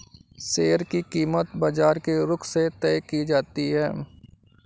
share की कीमत बाजार के रुख से तय की जाती है